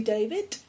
David